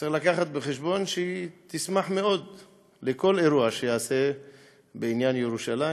צריך להביא בחשבון שהיא תשמח מאוד בכל אירוע שייעשה בעניין ירושלים,